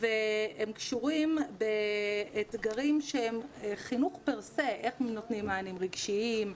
הדברים קשורים באתגרים של חינוך פרסה איך הם נותנים מענים רגשיים,